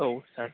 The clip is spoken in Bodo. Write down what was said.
औ सार